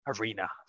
arena